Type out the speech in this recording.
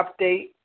update